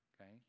okay